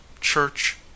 CHURCH